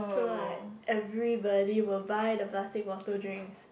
so like everybody will buy the plastic bottle drinks